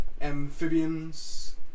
amphibians